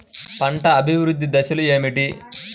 పంట అభివృద్ధి దశలు ఏమిటి?